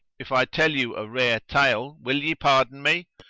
if i tell you a rare tale will ye pardon me?